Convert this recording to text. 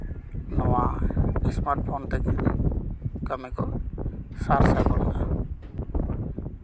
ᱱᱚᱣᱟ smart phone ᱛᱮᱜᱮ ᱠᱟᱹᱢᱤ ᱠᱚ ᱥᱟᱨ ᱥᱟᱹᱜᱩᱱᱫᱟ